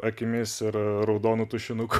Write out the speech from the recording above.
akimis ir raudonu tušinuku